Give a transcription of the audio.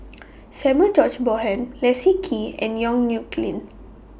Samuel George Bonham Leslie Kee and Yong Nyuk Lin